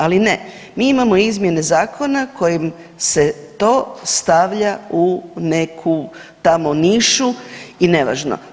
Ali ne, mi imamo izmjene zakona kojim se to stavlja u neku tamo nišu i nevažno.